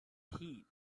heat